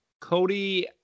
Cody